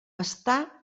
està